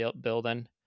building